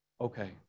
okay